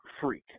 freak